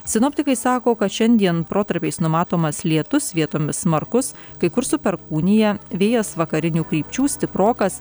sinoptikai sako kad šiandien protarpiais numatomas lietus vietomis smarkus kai kur su perkūnija vėjas vakarinių krypčių stiprokas